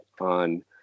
on